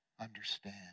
understand